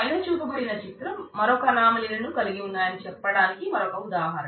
పైన చూపబడిన చిత్రం మరొక అనామలీలను కలిగి ఉన్నాయని చెప్పడానికి మరొక ఉదాహారణ